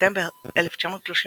בספטמבר 1939,